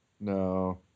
No